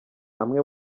amwe